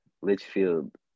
Litchfield